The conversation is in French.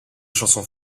chansons